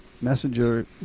messenger